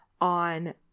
on